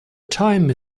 time